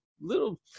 little